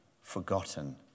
forgotten